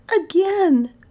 Again